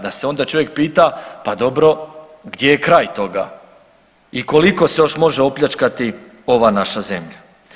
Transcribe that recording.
Da se onda čovjek pita pa dobro gdje je kraj toga i koliko se još može opljačkati ova naša zemlja.